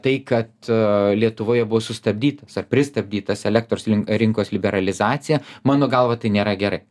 tai kad lietuvoje buvo sustabdytas ar pristabdytas elektros rinkos liberalizacija mano galva tai nėra gerai